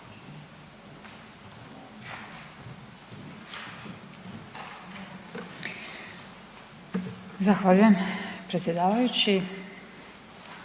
Zahvaljujem predsjedavajući.